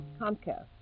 Comcast